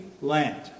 land